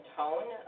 tone